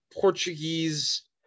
Portuguese